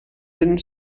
den